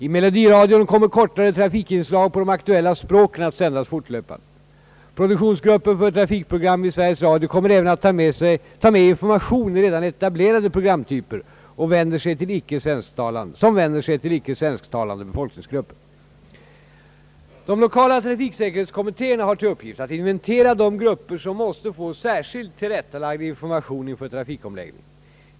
I melodiradion kommer kortare trafikinslag på de aktuella språken att sändas fortlöpande. Produktionsgruppen för trafikprogram vid Sveriges Radio kommer även att ta med information i redan etablerade programtyper som vänder sig till icke svensktalande befolkningsgrupper. De lokala trafiksäkerhetskommittéerna har till uppgift att inventera de grupper som måste få särskilt tillrättalagd information inför trafikomläggningen.